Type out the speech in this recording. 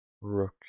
Rook